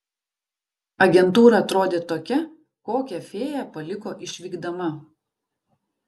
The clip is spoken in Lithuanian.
agentūra atrodė tokia kokią fėja paliko išvykdama